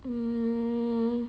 hmm